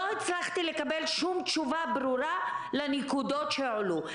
לא הצלחתי לקבל שום תשובה ברורה לנקודות שהועלו.